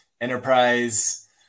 enterprise